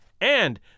and